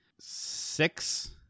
Six